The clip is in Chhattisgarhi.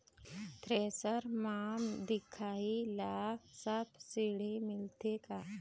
थ्रेसर म दिखाही ला सब्सिडी मिलथे का?